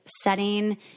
setting